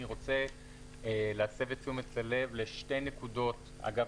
אני רוצה להסב את תשומת הלב לשתי נקודות אגב